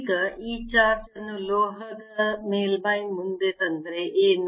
ಈಗ ಈ ಚಾರ್ಜ್ ಅನ್ನು ಲೋಹದ ಮೇಲ್ಮೈ ಮುಂದೆ ತಂದರೆ ಏನು